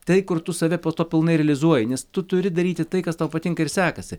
tai kur tu save po to pilnai realizuoji nes tu turi daryti tai kas tau patinka ir sekasi